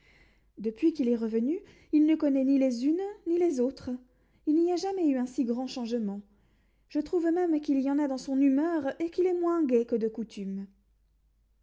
depuis qu'il est revenu il ne connaît ni les unes ni les autres il n'y a jamais eu un si grand changement je trouve même qu'il y en a dans son humeur et qu'il est moins gai que de coutume